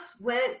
went